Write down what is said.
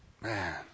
Man